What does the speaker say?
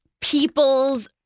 people's